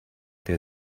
der